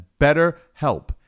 BetterHelp